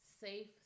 safe